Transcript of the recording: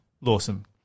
Lawson